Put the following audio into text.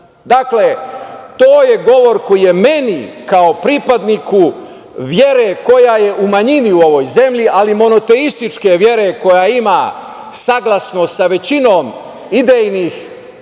Dakle, to je govor koji je meni, kao pripadniku vere koja je u manjini u ovoj zemlji, ali monoteističke vere koja ima saglasnost sa većinom idejnih